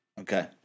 Okay